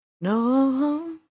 No